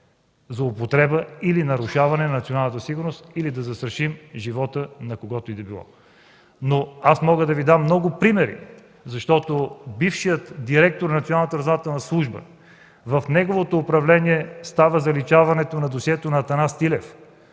злоупотреба или нарушаване на националната сигурност, или да застрашим живота на когото и да било. Аз мога да Ви дам много примери. Бившият директор на Националната разузнавателна служба – при неговото управление става заличаването на досието на Атанас Тилев,